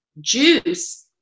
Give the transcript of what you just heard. juice